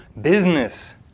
business